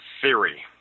theory